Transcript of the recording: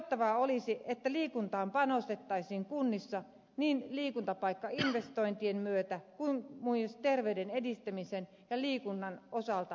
toivottavaa olisi että liikuntaan panostettaisiin kunnissa niin liikuntapaikkainvestointien myötä kuin terveyden edistämisen ja liikunnan osalta yleensäkin